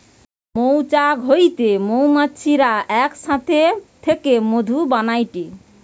মৌচাক হইতে মৌমাছিরা এক সাথে থেকে মধু বানাইটে